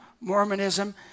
Mormonism